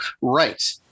Right